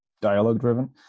dialogue-driven